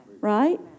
Right